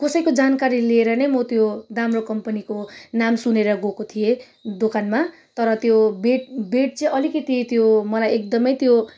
कसैको जानकारी लिएर नै म त्यो दाम्रो कम्पनीको नाम सुनेर गएको थिएँ दोकानमा तर त्यो बेड बेड चाहिँ अलिकति त्यो मलाई एकदमै त्यो